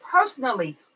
personally